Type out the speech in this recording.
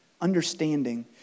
Understanding